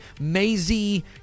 Maisie